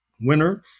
winner